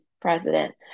president